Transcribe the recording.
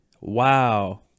Wow